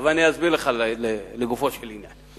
אסביר לך לגופו של עניין.